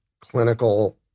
clinical